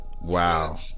Wow